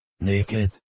Naked